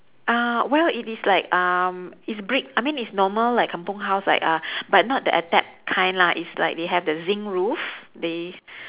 uh well it is like um it's brick I mean it's normal like kampung house like uh but not the attap kind lah it's like they have the zinc roof they